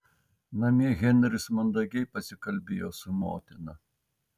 namie henris mandagiai pasikalbėjo su motina